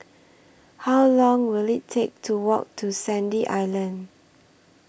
How Long Will IT Take to Walk to Sandy Island